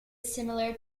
similar